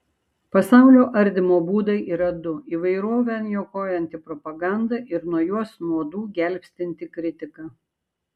pasaulio ardymo būdai yra du įvairovę niokojanti propaganda ir nuo jos nuodų gelbstinti kritika